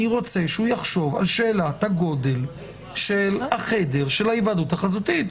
אני רוצה שהוא יחשוב על שאלת הגודל של החדר של ההיוועדות החזותית.